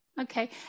Okay